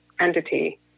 entity